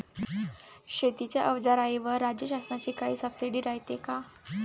शेतीच्या अवजाराईवर राज्य शासनाची काई सबसीडी रायते का?